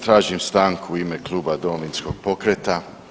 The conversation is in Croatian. Tražim stanku u ime Kluba Domovinskog pokreta.